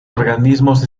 organismos